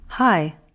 Hi